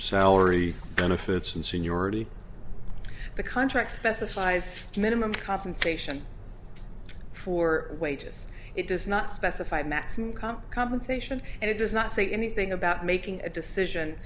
salary benefits and seniority the contract specifies minimum compensation for wages it does not specify matts income compensation and it does not say anything about making a decision